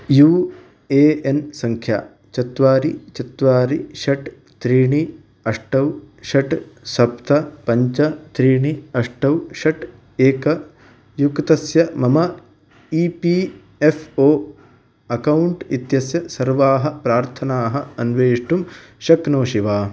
you A N सङ्ख्या चत्वारि चत्वारि षट् त्रीणि अष्टौ षट् सप्त पञ्च त्रीणि अष्टौ षट् एक युक्तस्य मम E P F O account इत्यस्य सर्वाः प्रार्थनाः अन्वेष्टुं शक्नोषि वा